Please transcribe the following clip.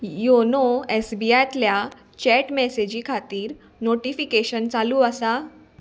YONO S B I तल्या chat मॅसेजी खातीर नोटिफिकेशन चालू आसा